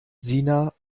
sina